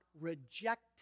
reject